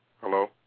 hello